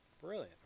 Brilliant